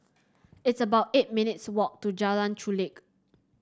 it's about eight minutes' walk to Jalan Chulek